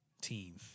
team